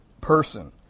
person